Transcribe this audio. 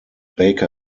baker